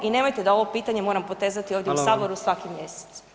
I nemojte da ovo pitanje moram potezati ovdje u Saboru svaki mjesec.